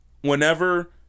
whenever